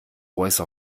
voice